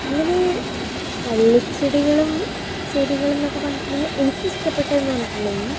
അങ്ങനെ വള്ളിച്ചെടികളും ചെടികളുന്നൊക്കെ പറഞ്ഞിട്ടുണ്ടെങ്കിൽ എനിക്കിഷ്ടപ്പെട്ടേന്ന് പറഞ്ഞിട്ടുണ്ടെങ്കിൽ